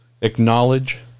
acknowledge